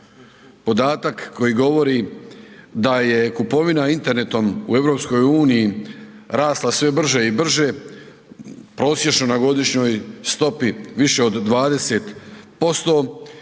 Podatak koji govori da je kupovina internetom u EU-i rasla sve brže i brže, prosječno na godišnjoj stopi više od 20%